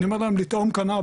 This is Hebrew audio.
אני אומר להם לטעום קנאביס.